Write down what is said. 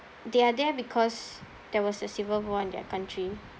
they are there because there was a civil war in their country